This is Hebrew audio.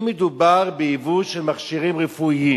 אם מדובר בייבוא של מכשירים רפואיים,